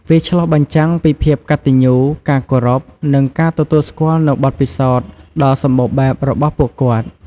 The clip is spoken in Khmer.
វាឆ្លុះបញ្ចាំងពីភាពកតញ្ញូ ការគោរព និងការទទួលស្គាល់នូវបទពិសោធន៍ដ៏សម្បូរបែបរបស់ពួកគាត់។